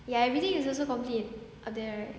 ya everything is also complete up there